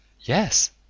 Yes